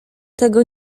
tego